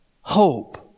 hope